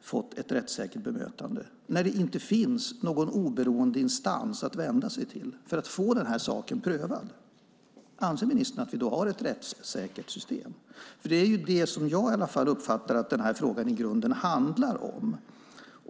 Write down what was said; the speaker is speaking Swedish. fått ett rättssäkert bemötande och när det inte finns någon oberoende instans att vända sig till för att få sin sak prövad? Det är detta som jag uppfattar att frågan i grunden handlar om.